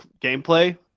gameplay